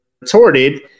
retorted